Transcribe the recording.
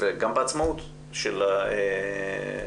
וגם בעצמאות של האישה,